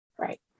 Right